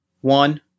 one